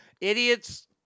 Idiots